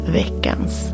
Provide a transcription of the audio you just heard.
veckans